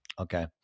okay